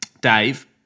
Dave